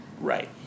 Right